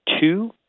two